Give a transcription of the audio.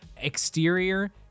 exterior